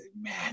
man